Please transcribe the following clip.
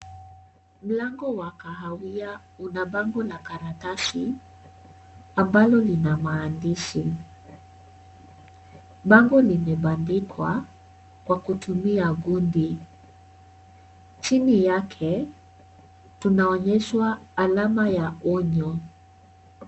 Mlango wa kahawia una bango la karatasi ambalo lina maandishi, bango limebandikwa kwa kutumia gundhi chini yake tunaonyeshwa alama ya onyo.